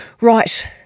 Right